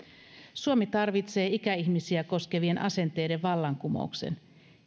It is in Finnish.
suomi tarvitsee ikäihmisiä koskevien asenteiden vallankumouksen